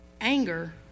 anger